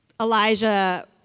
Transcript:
Elijah